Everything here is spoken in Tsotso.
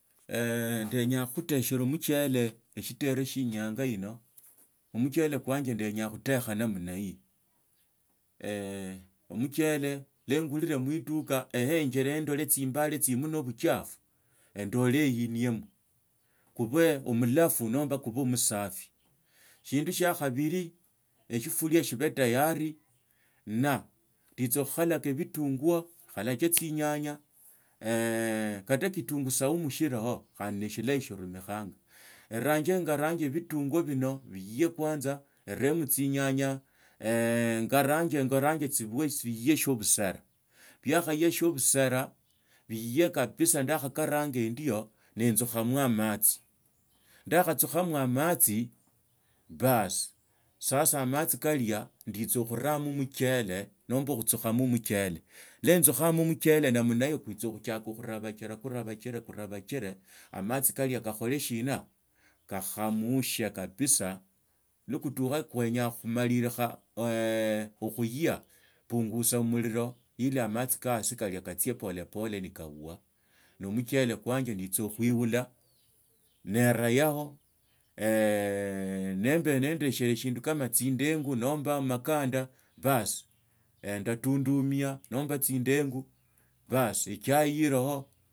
idienya khukhuteshera omuchele eshitere shie inyanga ino mschele kwanje ndeenya kutakha namna hii omuchele iwe ingurire mwiduko ehenjaleho ndole tsimbale tsilimo nobuchafu endole liniemo khuba omulafu nomba kube omusari shindu shiakabili eshifulia shibe tayari na nditsakhukalakha bitunguo khalake tsinyanya kata kitungu saumu shiroho khandi neshilahi shirumikanga erange engarange bitungu bino biiyye kwanza eyemo tsinyanya enyorange ngarange tsiuwe tsiiye shio busero biakhaya shiobusera biiye kabisa ndakharanga endio nenzukhama amatsi ndakhatsukhamo amatsi bas ssa amatsi kalia nditsa khuramo omuchele nomba khutsukhama muchele iwa ntsukhama muchele namna hiyo kuwitsa khutsiaka khurabachira kurabachila kurabachile amatsi kalia kokhole shina kakhamushe kabisaa iwo kulukha kwenyaa khumalilikha okhuiya pungusa omuliro ili amatsi kaaso kalia katsie polepole nikauwa ni muchele kwanje nditsakhuiula nzera yahoo nombe nende sindu singa tsindengu nomba amakanda baas endatundumia nomba tsindengu baas echai iloho.